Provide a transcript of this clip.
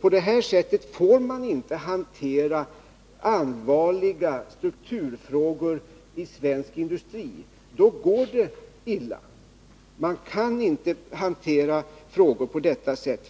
På det här sättet får man inte hantera allvarliga strukturfrågor i svensk industri. Då går det illa.